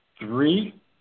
three